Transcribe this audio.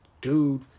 dude